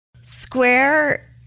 Square